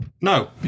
No